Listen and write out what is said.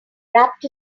wrapped